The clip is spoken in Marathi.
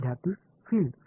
विद्यार्थी फील्ड